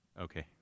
Okay